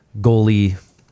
goalie